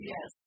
Yes